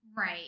right